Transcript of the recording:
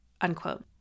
unquote